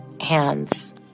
hands